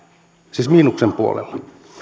siis miinuksen puolella